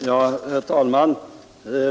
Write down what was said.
Herr talman!